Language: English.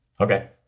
Okay